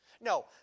No